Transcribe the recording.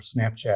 Snapchat